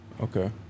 Okay